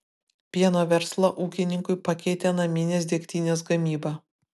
pieno verslą ūkininkui pakeitė naminės degtinės gamyba